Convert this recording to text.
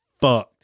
fucked